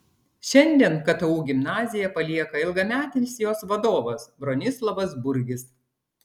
šiandien ktu gimnaziją palieka ilgametis jos vadovas bronislovas burgis